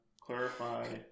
clarify